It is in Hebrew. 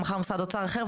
מחר משרד אוצר אחר,